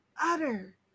utter